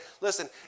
listen